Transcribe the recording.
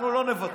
אנחנו לא נוותר.